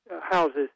houses